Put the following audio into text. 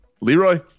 Leroy